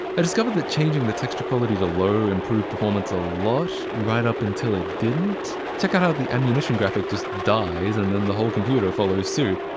i discovered that changing the texture quality to low improved performance a lot, right up until it didn't. check out how the ammunition graphic just dies and then the whole computer follows suit.